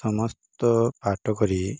ସମସ୍ତ ପାଠ କରି